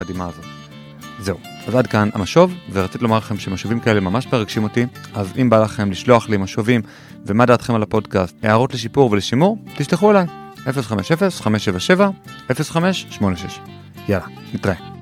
זהו, אז עד כאן המשוב, ורציתי לומר לכם שמשובים כאלה ממש מרגשים אותי, אז אם בא לכם לשלוח לי משובים ומה דעתכם על הפודקאסט, הערות לשיפור ולשימור, תשלחו אליי, 050-577-0586. יאללה, נתראה.